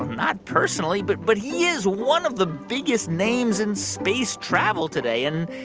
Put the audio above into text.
not personally, but but he is one of the biggest names in space travel today and,